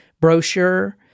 brochure